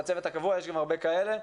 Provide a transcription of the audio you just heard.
מהצוות הקבוע יש גם הרבה כאלה.